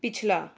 ਪਿਛਲਾ